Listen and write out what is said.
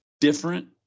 different